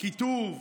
קיטוב?